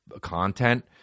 content